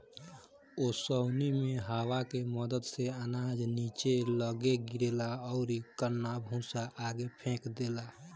ओसौनी मे हवा के मदद से अनाज निचे लग्गे गिरेला अउरी कन्ना भूसा आगे फेंक देला